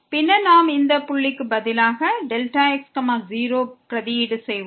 பின்னர் நாம் இந்த புள்ளிக்கு பதிலாக x0ஐ பிரதியீடு செய்வோம்